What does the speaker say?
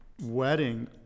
wedding